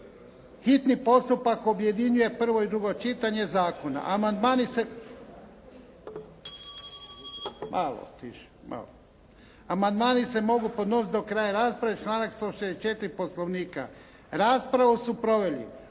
hitni postupak objedinjuje prvo i drugo čitanje zakona. Amandmani se … Malo tiše, malo. Amandmani se mogu podnositi do kraja rasprave, članak 164. Poslovnika. Raspravu su proveli